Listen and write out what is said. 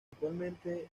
actualmente